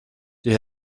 die